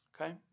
Okay